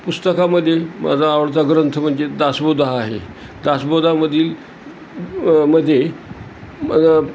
पुस्तकामध्ये माझा आवडता ग्रंथ म्हणजे दासबोध आहे दासबोधमधील मध्ये मला